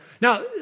Now